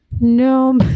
no